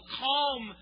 calm